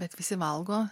bet visi valgo